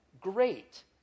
great